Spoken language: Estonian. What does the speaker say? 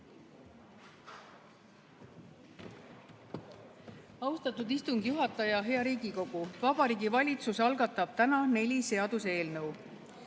Austatud istungi juhataja! Hea Riigikogu! Vabariigi Valitsus algatab täna neli seaduseelnõu.